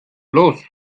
los